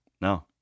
No